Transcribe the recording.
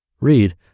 Read